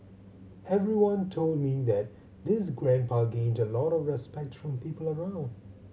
everyone told me that this grandpa gained a lot of respect from people around